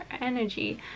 energy